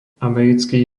americký